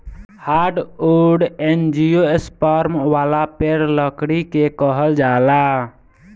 hardwood angiosperm वाला पेड़ लकड़ी के कहल जाला